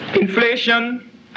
Inflation